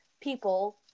people